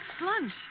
lunch